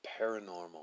Paranormal